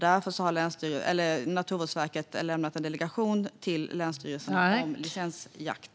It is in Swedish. Därför har Naturvårdsverket lämnat en delegation till länsstyrelsen om licensjakt.